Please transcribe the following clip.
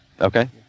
Okay